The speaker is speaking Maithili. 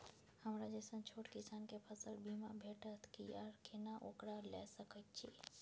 हमरा जैसन छोट किसान के फसल बीमा भेटत कि आर केना ओकरा लैय सकैय छि?